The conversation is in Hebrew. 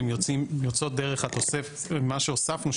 מה שהוספנו,